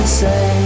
say